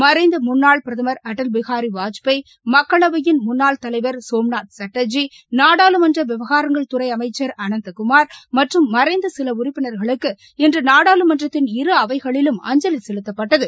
மறைந்த முன்னாள் பிரதமர் அடல் பிஹாரி வாஜ்பாய் மக்களவையின் முன்னாள் தலைவர் சோம்நூத் சாட்டர்ஜி நாடாளுமன்ற விவகாரங்கள் துறை அமைச்சள் அனந்தகுமாா் மற்றும் மறைந்த சில உறுப்பினா்களுக்கு இன்று நாடாளுமன்றத்தின் இரு அவைகளிலும் அஞ்சலி செலுத்தப்பட்டது